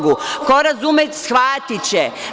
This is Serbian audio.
Ko razume shvatiće.